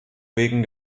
wegen